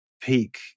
peak